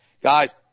Guys